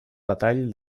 detall